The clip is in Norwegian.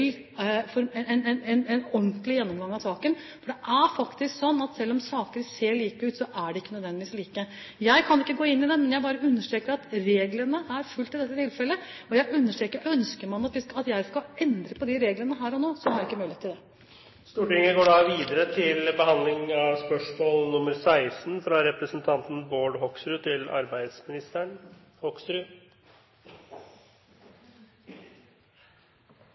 ordentlig gjennomgang av saken. Det er faktisk sånn at selv om saker ser like ut, så er de ikke nødvendigvis like. Jeg kan ikke gå inn i det, men jeg bare understreker at reglene er fulgt i dette tilfellet, og jeg understreker at ønsker man at jeg skal endre på de reglene her og nå, så har jeg ikke mulighet til det. «Tall som ble presentert i Telemarksavisa 8. oktober viser at så mange som en av tre personer i Skien er på en eller annen form for støtteordning fra